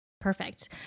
perfect